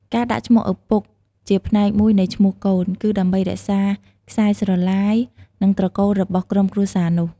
ការដាក់ឈ្មោះឪពុកជាផ្នែកមួយនៃឈ្មោះកូន គឺដើម្បីរក្សាខ្សែស្រឡាយ និងត្រកូលរបស់ក្រុមគ្រួសារនោះ។